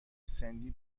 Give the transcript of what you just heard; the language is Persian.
سنی